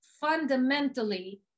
fundamentally